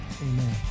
amen